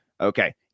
okay